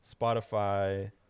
spotify